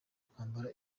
kwambara